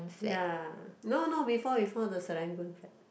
ya no no before we found the Serangoon flat